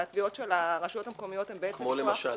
שהתביעות של הרשויות המקומיות הן בעצם --- כמו למשל?